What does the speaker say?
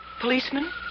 policeman